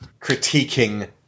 critiquing